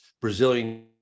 Brazilian